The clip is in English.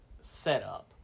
setup